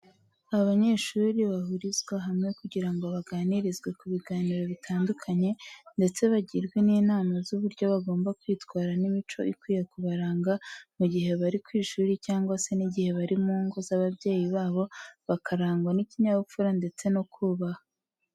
Abanyeshuri bahurizwa hamwe kugira ngo baganirizwe ku biganiro bitandukanye ndetse bagirwe n'inama z'uburyo bagomba kwitwara n'imico ikwiye kubaranga mu gihe bari ku ishuri cyangwa se n'igihe bari mu ngo z'ababyeyi babo bakarangwa n'ikinyabupfura ndetse no kubaha.